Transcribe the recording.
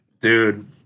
Dude